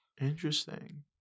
Interesting